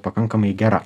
pakankamai gera